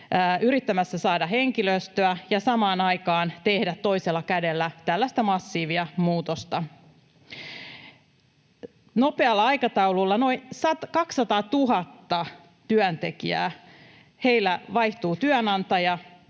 yrittämässä saada henkilöstöä ja samaan aikaan tekemässä toisella kädellä tällaista massiivista muutosta. Nopealla aikataululla noin 200 000 työntekijällä vaihtuu työnantaja,